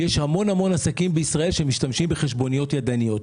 יש המון עסקים בישראל שמשתמשים בחשבוניות ידניות.